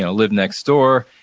and lived next door,